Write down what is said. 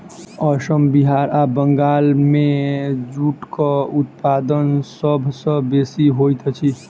असम बिहार आ बंगाल मे जूटक उत्पादन सभ सॅ बेसी होइत अछि